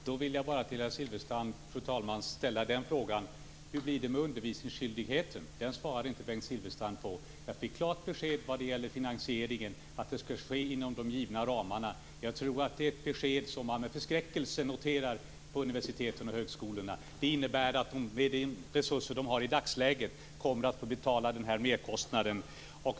Fru talman! Då vill jag bara till herr Silfverstrand ställa frågan: Hur blir det med undervisningsskyldigheten? Det svarade inte Bengt Silfverstrand på. Jag fick klart besked vad gäller finansieringen. Den skall ske inom de givna ramarna. Jag tror att det är ett besked som man med förskräckelse noterar på universiteten och högskolorna. Det innebär att dessa, med de resurser de har i dagsläget, kommer att få betala den här merkostnaden.